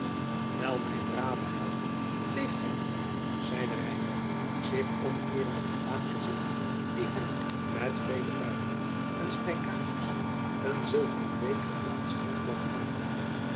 wel mijn brave held leeft gij nog zeide reinout zich omkeerende en daamke ziende die hem met vele buigingen en strijkages een zilveren beker op een schenkblad aanbood